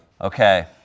Okay